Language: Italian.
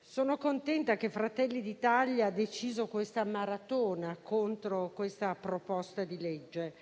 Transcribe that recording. sono contenta che Fratelli d'Italia abbia deciso questa maratona contro questa proposta di legge,